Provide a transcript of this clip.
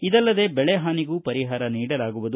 ಇದಲ್ಲದೇ ಬೆಳೆ ಹಾನಿಗೂ ಪರಿಹಾರ ನೀಡಲಾಗುವುದು